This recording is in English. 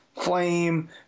flame